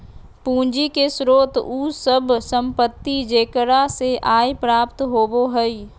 पूंजी के स्रोत उ सब संपत्ति जेकरा से आय प्राप्त होबो हइ